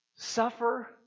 Suffer